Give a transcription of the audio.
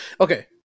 Okay